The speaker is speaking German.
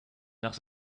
nach